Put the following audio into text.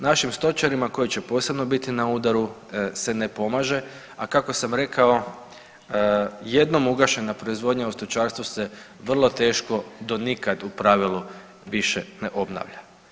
Našim stočarima koji će posebno biti na udaru se ne pomaže, a kako sam rekao jednom ugašena proizvodnja u stočarstvu se vrlo teško do nikad u pravilu više ne obnavlja.